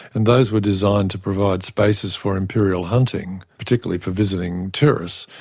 and those were designed to provide spaces for imperial hunting, particularly for visiting tourists.